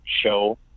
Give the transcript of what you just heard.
show